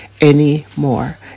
anymore